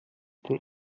den